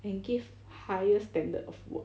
and give higher standard of work